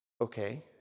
okay